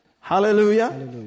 Hallelujah